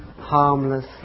harmless